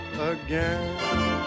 again